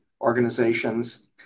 organizations